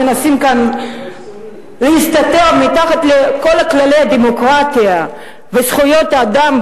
שמנסים כאן להסתתר מתחת לכל כללי הדמוקרטיה וזכויות האדם,